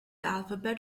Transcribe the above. alphabet